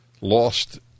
lost